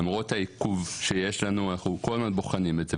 למרות העיכוב שיש לנו אנחנו כל הזמן בוחנים את זה,